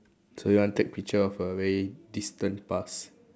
so you want to take picture of a very distant past